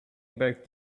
about